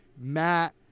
Matt